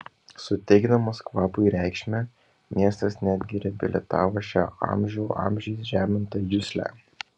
suteikdamas kvapui reikšmę miestas netgi reabilitavo šią amžių amžiais žemintą juslę